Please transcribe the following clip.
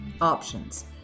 options